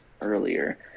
earlier